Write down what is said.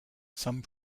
some